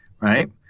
right